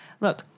look